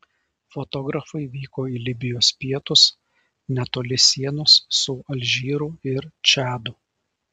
fotografai vyko į libijos pietus netoli sienos su alžyru ir čadu